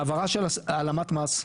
בעברה של העלמת מס,